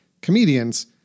Comedians